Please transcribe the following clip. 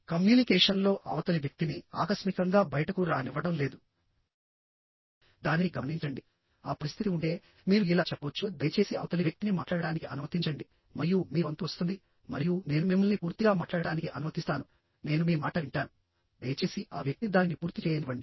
కమ్యూనికేషన్లో అవతలి వ్యక్తిని ఆకస్మికంగా బయటకు రానివ్వడం లేదు దానిని గమనించండి ఆ పరిస్థితి ఉంటే మీరు ఇలా చెప్పవచ్చుః దయచేసి అవతలి వ్యక్తిని మాట్లాడటానికి అనుమతించండి మరియు మీ వంతు వస్తుంది మరియు నేను మిమ్మల్ని పూర్తిగా మాట్లాడటానికి అనుమతిస్తాను నేను మీ మాట వింటాను దయచేసి ఆ వ్యక్తి దానిని పూర్తి చేయనివ్వండి